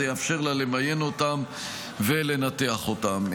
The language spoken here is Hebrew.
זה יאפשר לה למיין אותם ולנתח אותם.